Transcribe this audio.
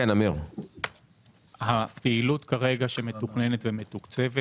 הפעילות שמתוכננת ומתוקצבת